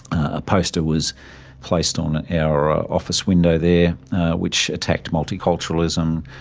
a poster was placed on our office window there which attacked multiculturalism,